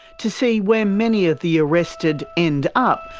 to see where many of the arrested end up,